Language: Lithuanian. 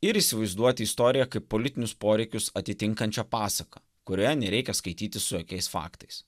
ir įsivaizduoti istoriją kaip politinius poreikius atitinkančią pasaką kurioje nereikia skaitytis su jokiais faktais